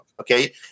okay